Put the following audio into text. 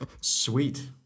Sweet